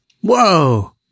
Whoa